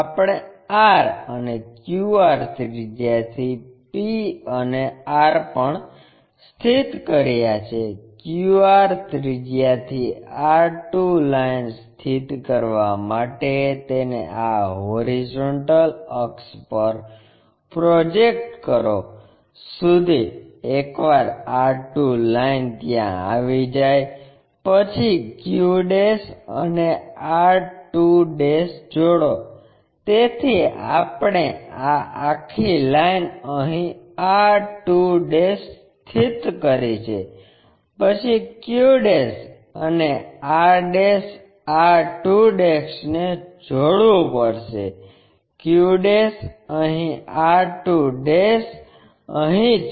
આપણે r અને q r ત્રિજ્યાથી p અને r પણ સ્થિત કર્યા છે qr ત્રિજ્યા થી r 2 લાઇન સ્થિત કરવા માંટે તેને આં હોરિઝોન્ટલ અક્ષ પર પ્રોજેક્ટ કરો સુધી એકવાર r 2 લાઈન ત્યાં આવી જાય પછી q અને r2 જોડો તેથી આપણે આ આખી લાઈન અહીં r2 સ્થિત કરી છે પછી q અને r r2 ને જોડવું પડશે q અહીં r2 અહીં છે